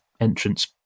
entrance